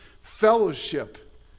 fellowship